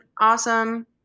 awesome